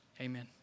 Amen